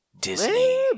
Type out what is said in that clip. Disney